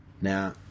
Now